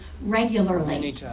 regularly